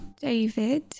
David